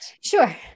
Sure